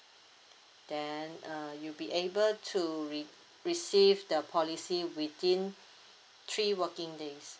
then uh you be able to re~ receive the policy within three working days